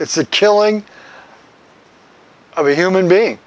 it's a killing of a human being